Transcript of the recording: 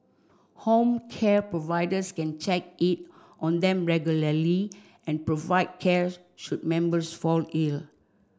home care providers can check in on them regularly and provide cares should members fall ill